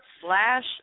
slash